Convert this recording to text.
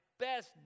Best